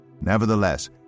Nevertheless